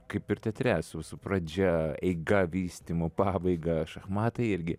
kaip ir teatre su su pradžia eiga vystymu pabaiga šachmatai irgi